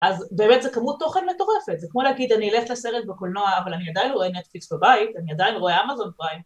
אז באמת זה כמות תוכן מטורפת, זה כמו להגיד אני אלך לסרט בקולנוע אבל אני עדיין רואה נטפליקס בבית, אני עדיין רואה אמאזון פריים.